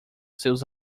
seus